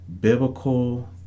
biblical